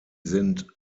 sind